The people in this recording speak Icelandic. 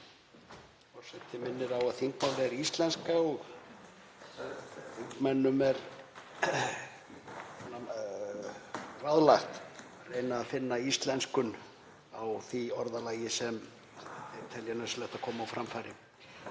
Forseti minnir á að þingmálið er íslenska og þingmönnum er ráðlagt að finna íslenskun á því orðalagi sem þeir telja nauðsynlegt að koma á framfæri.)